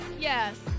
yes